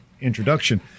introduction